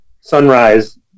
sunrise